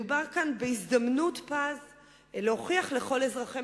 מדובר כאן בהזדמנות פז להוכיח לכל אזרחי